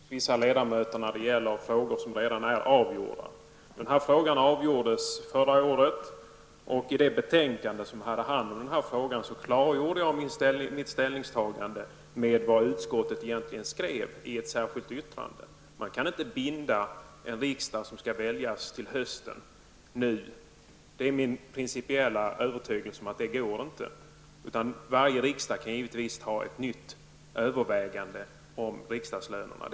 Herr talman! Ibland förvånas man över intensiteten hos vissa ledamöter när det gäller frågor som redan är avgjorda. Denna fråga avgjordes förra året. I det betänkande som behandlade frågan klargjorde jag i ett särskilt yttrande mitt ställningstagande gentemot vad utskottet hade skrivit. Man kan inte binda en riksdag som skall väljas till hösten nu. Det är min principiella övertygelse att det inte går att göra något sådant. Varje riksdag kan naturligtvis göra ett nytt övervägande om riksdagslönerna.